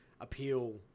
appeal